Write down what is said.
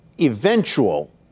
eventual